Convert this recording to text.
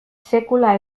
sekula